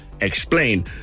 explain